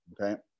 Okay